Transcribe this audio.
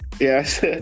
Yes